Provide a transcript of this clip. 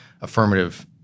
affirmative